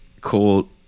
cool